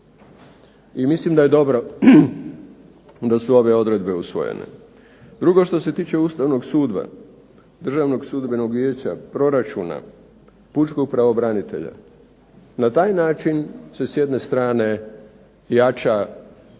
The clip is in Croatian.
I mislim da je dobro da su ove odredbe usvojene. Drugo što se tiče Ustavnog suda, Državnog sudbenog vijeća, proračuna, Pučkog pravobranitelja, na taj način se s jedne strane jača,